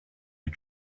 you